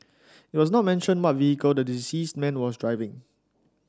it was not mentioned what vehicle the deceased man was driving